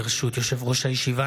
ברשות יושב-ראש הישיבה,